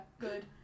good